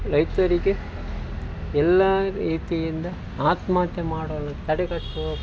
ರೈತರಿಗೆ ಎಲ್ಲ ರೀತಿಯಿಂದ ಆತ್ಮಹತ್ಯೆ ಮಾಡಲು ತಡೆಗಟ್ಟುವ